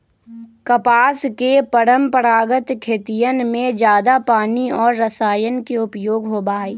कपास के परंपरागत खेतियन में जादा पानी और रसायन के उपयोग होबा हई